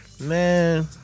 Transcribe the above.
Man